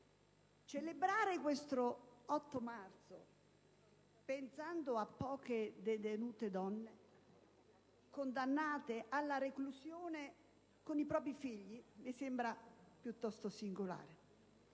celebrare l'8 marzo pensando a poche detenute donne, condannate alla reclusione con i propri figli, mi sembra piuttosto singolare.